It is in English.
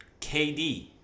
KD